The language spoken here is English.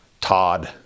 Todd